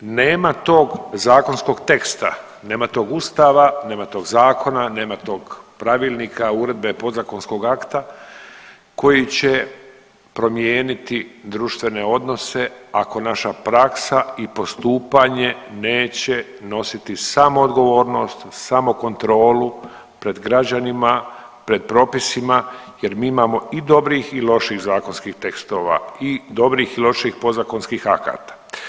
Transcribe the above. Nema tog zakonskog teksta, nema tog ustava, nema tog zakona, nema tog pravilnika, uredbe, podzakonskog akta koji će promijeniti društvene odnose ako naša praksa i postupanje neće nositi samoodgovornost, samokontrolu pred građanima, pred propisima jer mi imamo i dobrih i loših zakonskih tekstova i dobrih i loših podzakonskih akata.